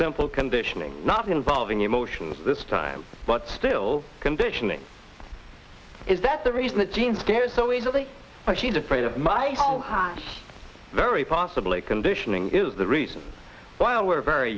simple conditioning not involving emotions this time but still conditioning is that the reason that gene stares so easily but she's afraid of my very possibly conditioning is the reason while we're very